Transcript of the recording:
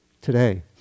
Today